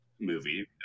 movie